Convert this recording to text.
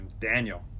Daniel